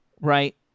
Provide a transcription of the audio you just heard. right